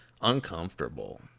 uncomfortable